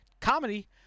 Comedy